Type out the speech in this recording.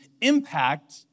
impact